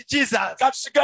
Jesus